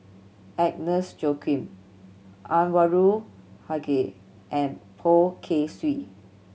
Agnes Joaquim Anwarul Haque and Poh Kay Swee